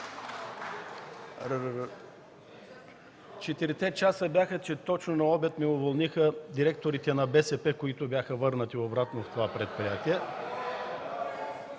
Четирите часа бяха, че точно на обяд ме уволниха директорите на БСП, които бяха върнати обратно в това предприятие.